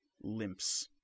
limps